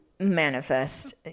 manifest